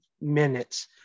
minutes